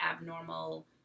abnormal